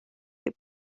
برد